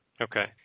okay